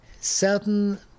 certain